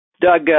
Doug